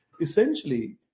Essentially